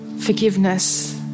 forgiveness